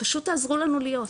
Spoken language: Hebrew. פשוט תעזרו לנו להיות,